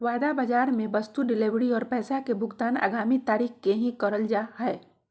वायदा बाजार मे वस्तु डिलीवरी आर पैसा के भुगतान आगामी तारीख के ही करल जा हय